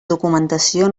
documentació